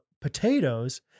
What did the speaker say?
potatoes